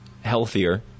Healthier